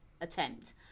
attempt